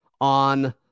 on